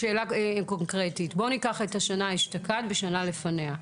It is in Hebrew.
שאלה קונקרטית: בואי ניקח את השנה אשתקד ואת השנה שלפניה.